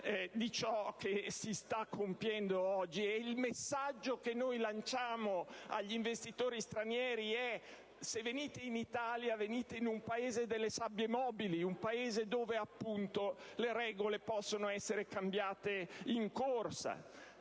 di ciò che si sta compiendo oggi, il messaggio che noi lanciamo agli investitori stranieri: se venite in Italia, venite in un Paese delle sabbie mobili, dove appunto le regole possono essere cambiate in corsa;